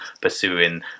pursuing